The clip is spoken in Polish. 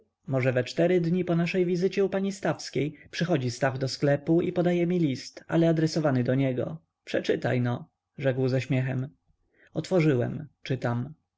może we cztery dni po naszej wizycie u pani stawskiej przychodzi stach do sklepu i podaje mi list ale adresowany do niego przeczytajno rzekł ze śmiechem otworzyłem czytam